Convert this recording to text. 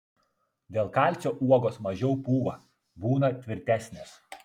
dėl kalcio uogos mažiau pūva būna tvirtesnės